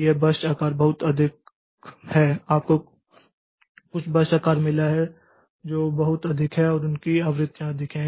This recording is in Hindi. यह बर्स्ट आकार बहुत अधिक है आपको कुछ बर्स्ट आकार मिलता है जो बहुत अधिक है और उनकी आवृत्तियाँ अधिक हैं